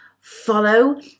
follow